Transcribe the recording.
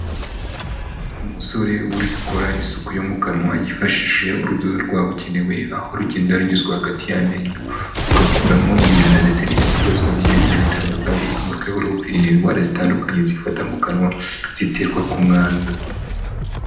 Umusore uri gukora isuku yo mu kanwa yifashishije urudodo rwabugenewe, aho rugenda runyuzwa hagati y'amenyo rugakuramo imyanda ndetse n'ibisigazwa by'ibiryo bitandukanye, mu rwego rwo kwirinda indwara zitandukanye, zifata mu kanwa ziterwa ku mwanda.